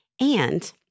And-